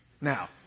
Now